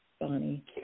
Bonnie